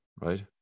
right